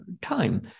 time